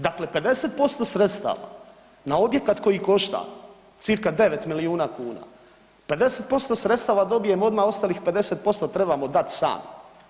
Dakle, 50% sredstava na objekat koji košta cca. 9 milijuna kuna 50% sredstava dobijem odma, ostalih 50% trebamo dat sami.